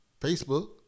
Facebook